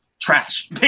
trash